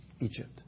Egypt